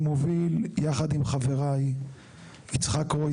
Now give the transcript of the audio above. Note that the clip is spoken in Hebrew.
אני רוצה לעדכן את הנוכחים כי אני מוביל יחד עם חבריי יצחק קרוייזר,